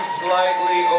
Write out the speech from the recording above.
slightly